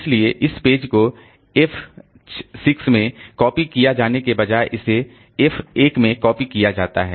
इसलिए इस पेज को f 6 में कॉपी किए जाने के बजाय इसे f 1 में कॉपी किया जाता है